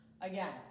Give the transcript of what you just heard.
Again